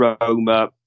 Roma